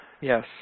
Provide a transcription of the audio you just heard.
Yes